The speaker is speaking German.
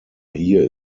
hier